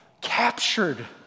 captured